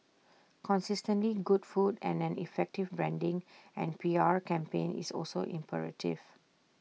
consistently good food and an effective branding and P R campaign is also imperative